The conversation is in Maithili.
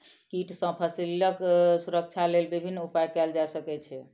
कीट सॅ फसीलक सुरक्षाक लेल विभिन्न उपाय कयल जा सकै छै